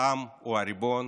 העם הוא הריבון,